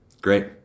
Great